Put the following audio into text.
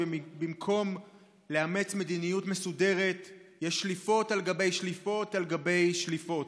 שבמקום לאמץ מדיניות מסודרת יש שליפות על גבי שליפות על גבי שליפות.